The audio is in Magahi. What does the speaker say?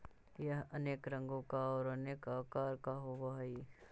यह अनेक रंगों का और अनेक आकार का होव हई